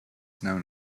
known